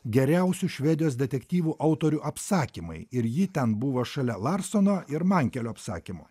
geriausių švedijos detektyvų autorių apsakymai ir ji ten buvo šalia larsono ir mankelio apsakymų